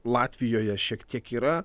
latvijoje šiek tiek yra